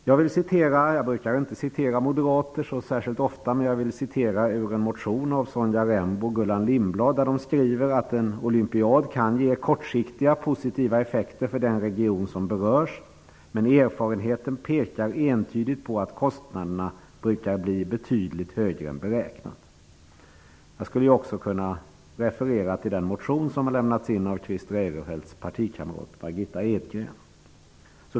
Jag brukar inte citera moderater så särskilt ofta, men jag vill citera ur en motion av Sonja Rembo och Gullan Lindblad. De skriver att en olympiad kan ge kortsiktiga positiva effekter för den region som berörs, men att erfarenheten entydigt pekar på att kostnaderna brukar bli betydligt högre än beräknat. Jag skulle också kunna referera till den motion som har lämnats in av Christer Eirefelts partikamrat Margitta Edgren.